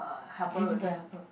didn't get a helper